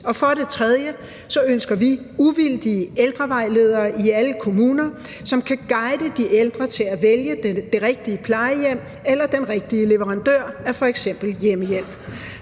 For det tredje ønsker vi i alle kommuner uvildige ældrevejledere, som kan guide de ældre til at vælge det rigtige plejehjem eller den rigtige leverandør af f.eks. hjemmehjælp.